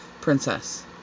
Princess